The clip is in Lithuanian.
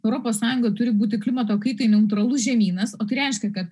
europos sąjunga turi būti klimato kaitai neutralus žemynas o tai reiškia kad